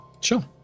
Sure